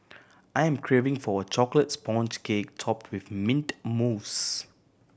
I am craving for a chocolate sponge cake top with mint mousse